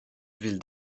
ville